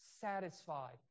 satisfied